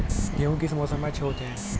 गेहूँ किस मौसम में अच्छे होते हैं?